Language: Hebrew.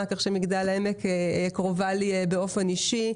כך שמגדל העמק קרובה אליי באופן אישי,